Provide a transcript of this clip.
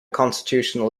constitutional